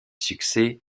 succès